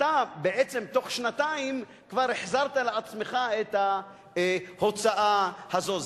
אתה בעצם בתוך שנתיים כבר החזרת לעצמך את ההוצאה הזו.